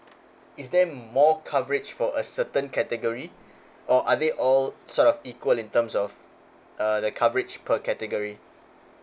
is there more coverage for a certain category or are they all sort of equal in terms of uh the coverage per category